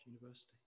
university